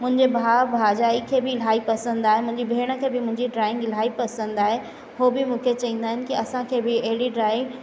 मुंहिंजे भाउ भाॼाई खे बि इलाही पसंदि आहे मुंहिंजी भेण खे बि मुंहिंजी ड्राइंग इलाही पसंदि आहे उहो बि मूंखे चवंदा आहिनि कि असांखे बि अहिड़ी ड्राइ